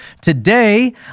Today